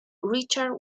richard